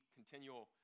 continual